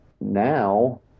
now